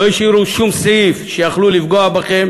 לא השאירו שום סעיף שיכלו לפגוע בכם